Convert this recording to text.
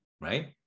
right